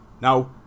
Now